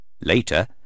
Later